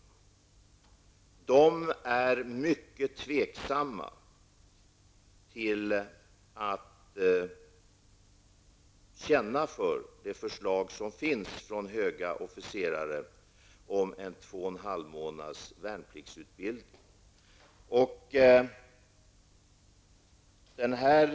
Man känner sig där mycket tveksam till det förslag som finns från höga officerare om en värnpliktsutbildning på 2,5 månader.